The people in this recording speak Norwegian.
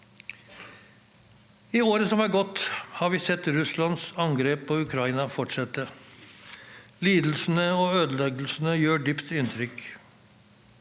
I året som har gått, har vi sett Russlands angrep på Ukraina fortsette. Lidelsene og ødeleggelsene gjør dypt inntrykk.